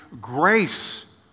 grace